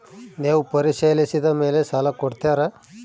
ನೇವು ಪರಿಶೇಲಿಸಿದ ಮೇಲೆ ಸಾಲ ಕೊಡ್ತೇರಾ?